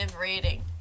rating